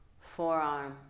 forearm